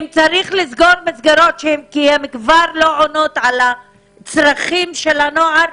אם צריך לסגור מסגרות כי הן כבר לא עונות על הצרכים של הנוער,